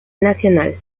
nacional